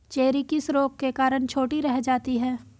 Cherry किस रोग के कारण छोटी रह जाती है?